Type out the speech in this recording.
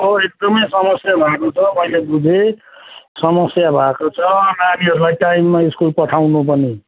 अब यस्तोमै समस्या भएको छ मैले बुझेँ समस्या भएको छ नानीहरूलाई टाइममा स्कुल पठाउनु पनि